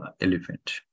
elephant